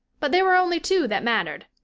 but there were only two that mattered.